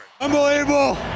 Unbelievable